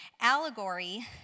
Allegory